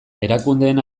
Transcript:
erakundeen